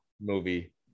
movie